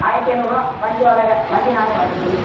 ஆயிரத்தி ஐந்நூறுரூவா வண்டி வாடகை வண்டி நாங்கள் பார்த்துக்கிடுவோம்